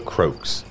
Croaks